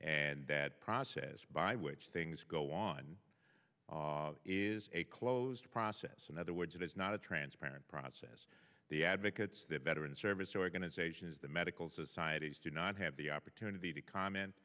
and that process by which things go on is a closed process in other words it is not a transparent process the advocates that veteran service organizations the medical societies do not have the opportunity to comment